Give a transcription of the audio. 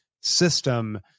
system